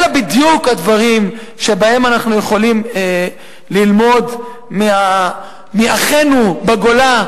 אלו בדיוק הדברים שבהם אנחנו יכולים ללמוד מאחינו בגולה,